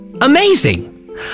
amazing